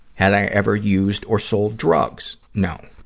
had i ever used or sold drugs? no.